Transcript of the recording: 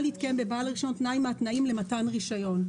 להתקיים בבעל הרישיון תנאי מהתנאים למתן רישיון".